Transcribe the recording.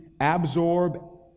absorb